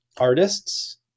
artists